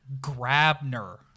Grabner